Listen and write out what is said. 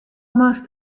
moatst